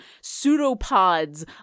Pseudopods